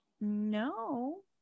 no